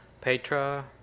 Petra